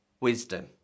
wisdom